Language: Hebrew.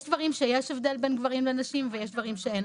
יש דברים שיש הבדל בין גברים לנשים ויש דברים שאין.